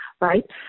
right